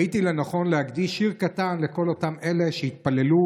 ראיתי לנכון להקדיש שיר קטן לכל אותם אלה שהתפללו